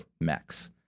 Max